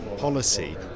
Policy